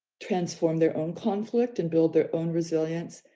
transform their own conflict and build their own resilience,